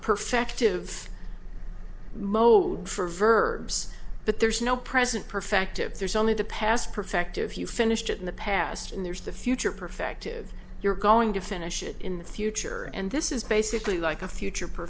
perfective mode for verbs but there's no present perfect tip there's only the past perfect if you finished it in the past and there's the future perfective you're going to finish it in the future and this is basically like a future per